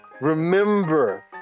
remember